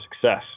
success